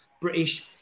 British